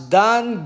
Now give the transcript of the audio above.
done